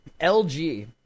LG